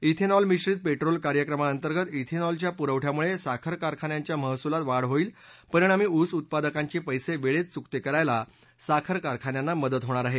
ब्रेनॉल मिश्रीत पेट्रोल कार्यक्रमा अंतर्गत ब्रेनॉल च्या पुरवठ्यामुळे साखर कारखान्यांच्या महसुलात वाढ होईल परिणामी ऊस उत्पादकांचे परीवेळेत चुकते करायला साखर कारखान्यांना मदत होणार आहे